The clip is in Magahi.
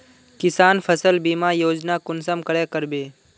किसान फसल बीमा योजना कुंसम करे करबे?